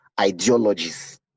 ideologies